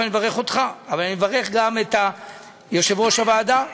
אני מברך אותך אבל אני מברך גם את יושב-ראש הוועדה.